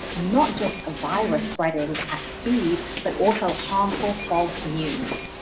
not just a virus spreading at speed, but also harmful false news.